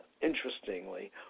interestingly